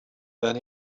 then